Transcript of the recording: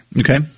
Okay